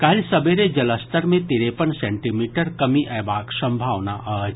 काल्हि सबेरे जलस्तर मे तिरेपन सेंटीमीटर कमी अयबाक संभावना अछि